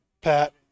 pat